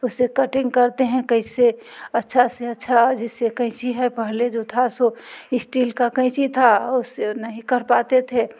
उसे कटिंग करते हैं कैसे अच्छा से अच्छा जिससे कैंची है पहले जो था सो इस्टील का कैंची था उसे नहीं कर पाते थे